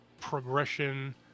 progression